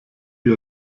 die